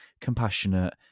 compassionate